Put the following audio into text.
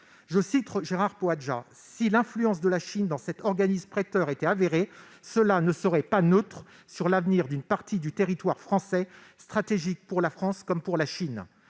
Selon lui, si l'influence de la Chine dans cet organisme prêteur était avérée, cela ne serait pas neutre pour l'avenir d'une partie du territoire français stratégique pour la France comme pour la Chine.